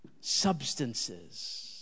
Substances